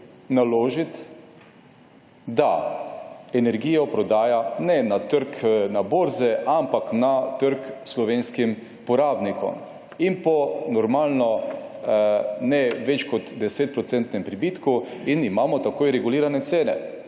naložiti, da energijo prodaja ne na borzi, ampak na trgu slovenskim porabnikom po ne več kot 10-odstotnem pribitku in imamo takoj regulirane cene.